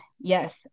yes